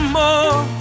more